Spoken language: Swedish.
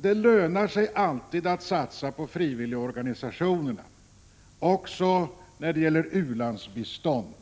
Det lönar sig alltid att satsa på frivilligorganisationerna, även när det gäller u-landsbistånd.